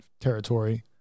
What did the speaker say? territory